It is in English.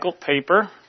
paper